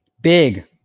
big